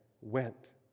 went